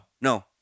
no